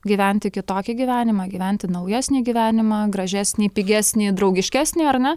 gyventi kitokį gyvenimą gyventi naujesnį gyvenimą gražesnį pigesnį draugiškesnį ar ne